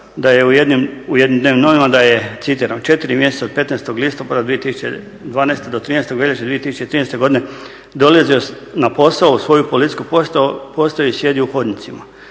izjavio u jednim dnevnim novinama citiram: 4 mjeseca od 15.listopada 2012. Do 13.veljače 2013.dolazio na posao u svoju policijsku postaju i sjedio u hodnicima".